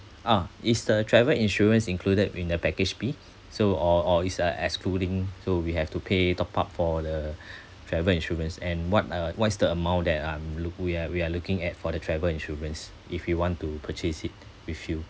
ah is the travel insurance included in the package B so or or it's uh excluding so we have to pay top up for the travel insurance and what are what is the amount that I'm look we are we are looking at for the travel insurance if we want to purchase it with you